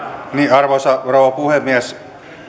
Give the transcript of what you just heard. arvoisa rouva puhemies